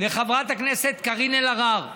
לחברת הכנסת קארין אלהרר